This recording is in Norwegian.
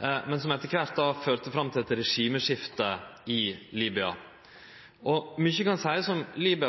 men som etter kvart førte fram til eit regimeskifte i Libya. Mykje kan seiast om Libya,